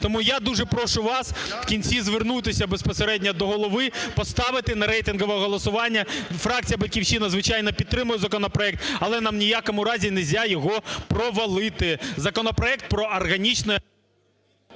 Тому я дуже прошу вас в кінці звернутися безпосередньо до Голови поставити на рейтингове голосування. Фракція "Батьківщина", звичайно, підтримує законопроект, але нам ні в якому разі не можна його провалити. Законопроект про органічне…